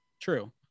True